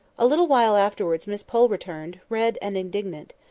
a little while afterwards miss pole returned, red and indignant.